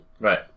right